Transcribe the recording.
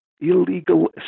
illegal